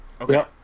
Okay